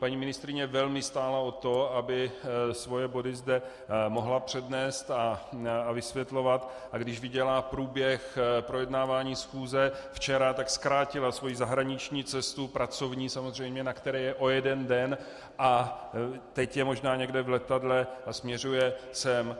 Paní ministryně velmi stála o to, aby svoje body zde mohla přednést a vysvětlovat, a když viděla průběh projednávání schůze včera, tak zkrátila svoji zahraniční cestu, pracovní samozřejmě, na které je, o jeden den a teď je možná někde v letadle a směřuje sem.